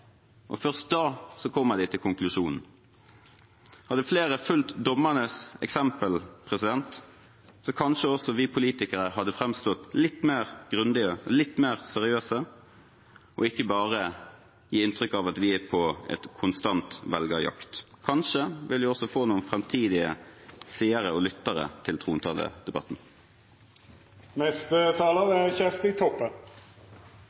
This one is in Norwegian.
og først da kommer de til konklusjonen. Hadde flere fulgt dommernes eksempel, hadde kanskje også vi politikere framstått som litt mer grundige, litt mer seriøse og ikke bare gitt inntrykk av at vi er på konstant velgerjakt. Kanskje ville vi også få noen framtidige seere av og lyttere til